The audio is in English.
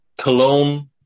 Cologne